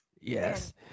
Yes